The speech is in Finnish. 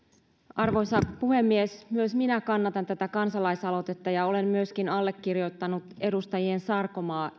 arvoisa puhemies myös minä kannatan tätä kansalaisaloitetta ja olen myöskin allekirjoittanut edustajien sarkomaa